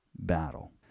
battle